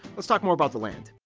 let's talk more about the land.